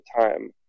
time